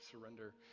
surrender